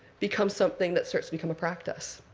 becomes something that starts to become a practice.